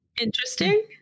Interesting